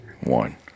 one